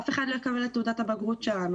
אף אחד לא ירצה לקבל את תעודת הבגרות שלנו,